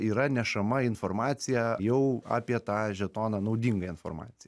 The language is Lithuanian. yra nešama informacija jau apie tą žetoną naudinga informacija